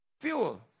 fuel